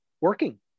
working